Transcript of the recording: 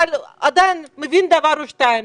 אבל עדיין מבין דבר או שתיים.